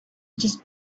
just